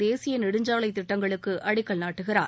தேசிய நெடுஞ்சாலை திட்டங்களுக்கு அடிக்கல் நாட்டுகிறார்